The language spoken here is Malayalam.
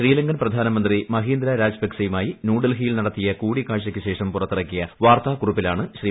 ശ്രീലങ്കൻ പ്രധാനമന്ത്രി മഹീന്ദ രജപക്സെയുമായി ന്യൂഡൽഹിയിൽ നടത്തിയ കൂടിക്കാഴ്ചയ്ക്ക് ശേഷം പുറത്തിറക്കിയ വാർത്താക്കുറിപ്പിലാണ് ശ്രീ